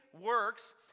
works